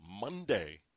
Monday